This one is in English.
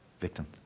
victim